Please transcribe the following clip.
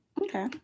Okay